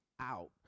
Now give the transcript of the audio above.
out